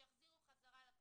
שיחזירו חזרה לפוליסה.